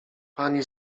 pani